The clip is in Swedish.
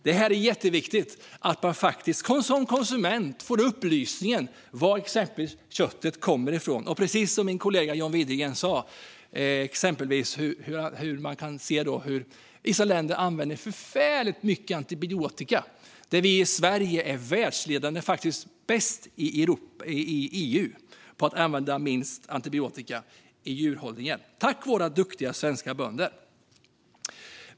Det är jätteviktigt att man som konsument får upplysningen om varifrån köttet kommer, till exempel. Precis som min kollega John Widegren sa använder vissa länder förfärligt mycket antibiotika. Vi i Sverige är världsledande, faktiskt bäst i EU, på att använda minst antibiotika i djurhållningen, tack vare våra duktiga svenska bönder.